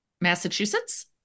Massachusetts